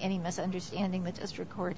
any misunderstanding with just record